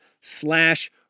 slash